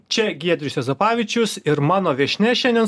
čia giedrius juozapavičius ir mano viešnia šiandien